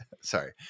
sorry